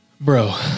Bro